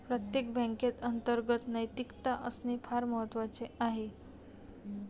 प्रत्येक बँकेत अंतर्गत नैतिकता असणे फार महत्वाचे आहे